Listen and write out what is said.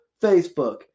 Facebook